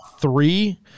three –